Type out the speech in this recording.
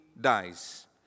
dies